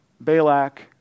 Balak